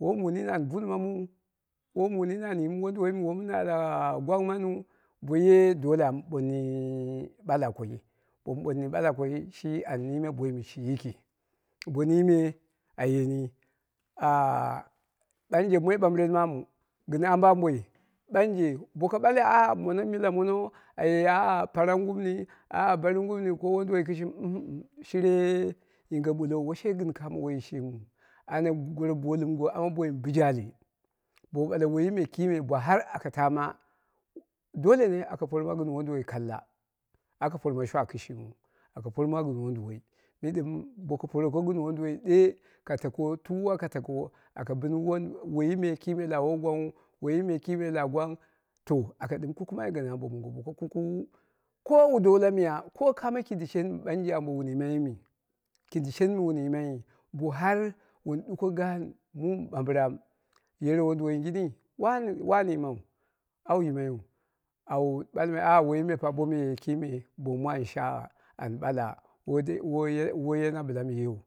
Woi mu nini an buun maamuu woi mu nini wonduwoi mɨ womin ala gwang mamiu boye dole am ɓoomi ɓala koi, bomu ɓooni ɓala koi shi an niime boim shi yiki, bo niime a yeni ahh ɓanje moi ɓambɨren mamu gɨn ambo ambo ɓanje boko ɓale ah mila mono aye ah parangumni ah baringumni ko wunduwoi kɨshimiu shiree yinge ɓullo woi she gɨn kamo woiyi shimiu anya goro bolumgo hame boiji ali, bo ɓale woiyi me kime bo har aka tama, dole ne aka porma ɣin wonduwoi kalla, akan porma shwa kɨshimiu aka porma gɨn wonduwoi, me ɗɨm boko poroko gɨn wonduwoi, ɗe ka tako, tuwa ka tako aka ɓɨn won woiyi ta kime la woi gwangnghu, woiyi me kɨme la gwong. To aka ɗɨm kukumai gɨn ambo mongo boko kukuwu ko wu dowa la miya ko kamo kindi shen mɨ ɓanje ambo wun yimai me, kindi shen mɨ wun yimai, bo har wun ɗuko gaan mɨɓamɓiram yere wonduwoigini wau wani yimai, au yimaiyu, wun ɓalmai woiyi mefa bo ye kime bongmu an shagha, an ɓala woi dei woi yena ɓilam yeu,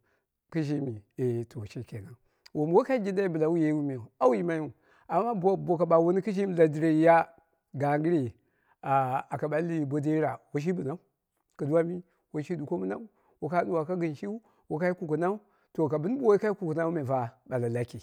kɨ shimi eh to shikenam, wom woi kai jindai ɓila wu yei meu, au yimaiyu amma boko ɓauwuni lajireiya gangɨr ah aka ɓali bo dera woi shi bɨnau, kɨduwa mi, woi shi ɗuko wokɨ d. uwoka gɨnshiu mɨnau, woi kai kukunau, ka bɨni bo wokai kukunau me fa, ɓala laki.